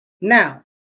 Now